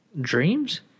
Dreams